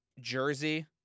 jersey